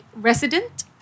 resident